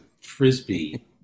Frisbee